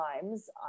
times